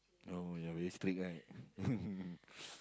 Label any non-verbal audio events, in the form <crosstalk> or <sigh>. no you are very strict right <laughs>